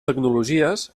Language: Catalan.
tecnologies